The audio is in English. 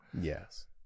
Yes